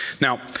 Now